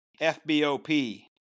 FBOP